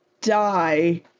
die